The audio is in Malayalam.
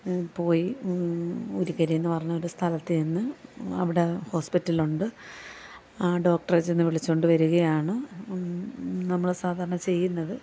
പോയി ഉരികരേന്ന് പറഞ്ഞ ഒരു സ്ഥലത്തുനിന്ന് അവിടെ ഹോസ്പിറ്റലുണ്ട് ഡോക്റ്ററെ ചെന്ന് വിളിച്ചുകൊണ്ടുവരികയാണ് നമ്മള് സാധാരണ ചെയ്യുന്നത്